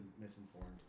misinformed